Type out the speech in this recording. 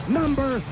number